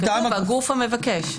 כתוב "הגוף המבקש".